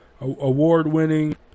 award-winning